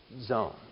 zone